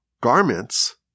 garments